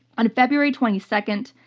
on february twenty second,